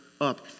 up